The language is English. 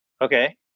Okay